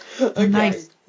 Nice